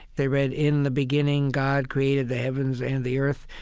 they read, in the beginning god created the heavens and the earth.